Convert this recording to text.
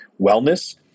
wellness